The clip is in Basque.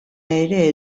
ere